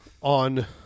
on